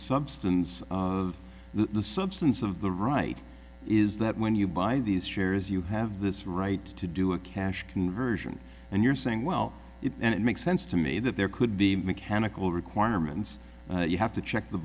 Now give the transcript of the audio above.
substance of the substance of the right is that when you buy these shares you have this right to do a cash conversion and you're saying well it makes sense to me that there could be mechanical requirements you have to check the